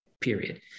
period